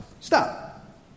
Stop